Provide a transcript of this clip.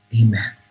amen